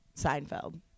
Seinfeld